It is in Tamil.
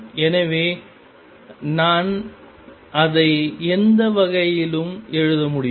எனவே நான் அதை எந்த வகையிலும் எழுத முடியும்